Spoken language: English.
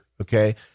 okay